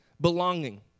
belonging